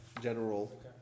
general